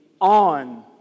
on